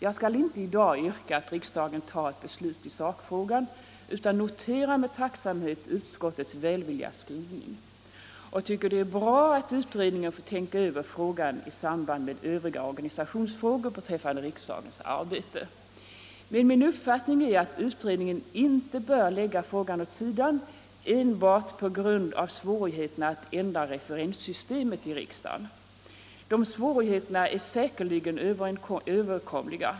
Jag skall inte i dag yrka att riksdagen tar ett beslut i sakfrågan, men jag noterar med tacksamhet utskottets välvilliga skrivning = och tycker det är bra att utredningen får tänka över frågan i samband = Slopande av titlar i med övriga organisationsfrågor beträffande riksdagens arbete. Men min = riksdagens officiella uppfattning är att utredningen inte bör lägga frågan åt sidan enbart på — språk grund av svårigheterna att ändra referenssystemet i riksdagen. De svå righeterna är säkerligen överkomliga.